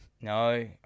No